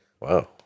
Wow